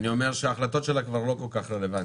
אני אומר שההחלטות שלכם כבר לא כל כך רלוונטיות.